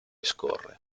scorre